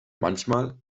manchmal